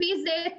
אלימות פיזית,